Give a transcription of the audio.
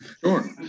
Sure